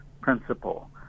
principle